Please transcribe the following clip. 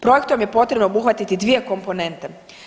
Projektom je potrebno obuhvatiti 2 komponente.